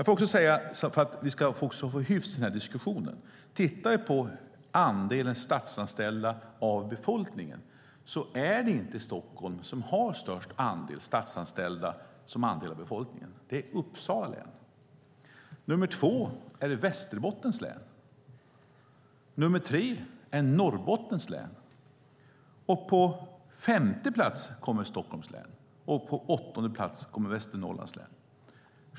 För att vi ska få hyfs i den här diskussionen måste vi titta på andelen statsanställda av befolkningen. Då ser vi att det inte är Stockholm som har flest statsanställda som andel av befolkningen utan Uppsala län. På andra plats kommer Västerbottens län och på tredje plats Norrbottens län. På femte plats kommer Stockholms län, och på åttonde plats kommer Västernorrlands län.